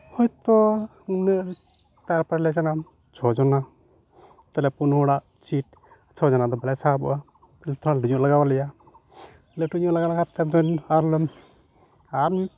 ᱦᱳᱭᱛᱳ ᱤᱱᱟᱹ ᱛᱟᱨᱯᱚᱨᱮ ᱞᱮ ᱪᱟᱞᱟᱜᱼᱟ ᱪᱷᱚ ᱡᱚᱱᱟ ᱛᱟᱞᱚᱦᱮ ᱯᱩᱱ ᱦᱚᱲᱟᱜ ᱥᱤᱴ ᱪᱷᱚ ᱡᱚᱱᱟ ᱫᱚ ᱵᱟᱞᱮ ᱥᱟᱦᱚᱵᱚᱜᱼᱟ ᱛᱚᱠᱷᱚᱱ ᱵᱤᱨᱤᱫ ᱞᱟᱜᱟᱣ ᱞᱮᱭᱟ ᱞᱟᱹᱴᱩ ᱧᱚᱜ ᱞᱟᱜᱟᱣᱟᱞᱮ ᱠᱷᱟᱡ ᱫᱚ ᱟᱨᱦᱚᱸᱞᱮ ᱟᱢ